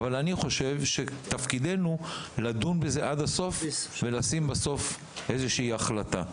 אבל אני חושב שתפקידנו הוא לדון בזה עד הסוף ולתת בסוף איזושהי החלטה.